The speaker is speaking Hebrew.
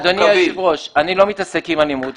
אדוני היושב ראש, אני לא מתעסק עם אלימות.